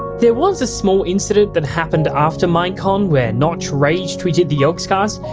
there was a small incident that happened after minecon where notch rage tweeted the yogscast,